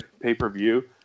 pay-per-view